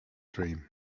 dream